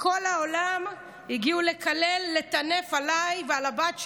מכל העולם הגיעו לקלל, לטנף עליי ועל הבת שלי,